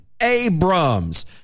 Abrams